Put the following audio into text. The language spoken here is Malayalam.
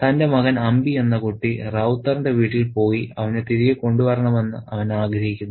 തന്റെ മകൻ അമ്പി എന്ന കുട്ടി റൌത്തറിന്റെ വീട്ടിൽ പോയി അവനെ തിരികെ കൊണ്ടുവരണമെന്ന് അവൻ ആഗ്രഹിക്കുന്നു